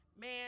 man